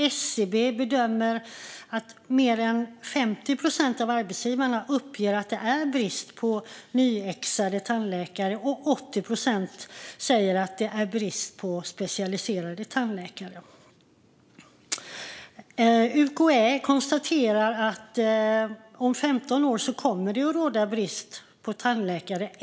Enligt SCB uppger mer än 50 procent av arbetsgivarna att det är brist på nyexaminerade tandläkare, medan 80 procent säger att det är brist på specialiserade tandläkare. UKÄ konstaterar att det om 15 år kommer att råda brist på tandläkare.